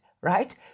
right